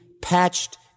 patched